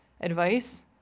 Advice